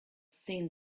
seen